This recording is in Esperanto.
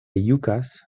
jukas